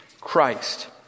Christ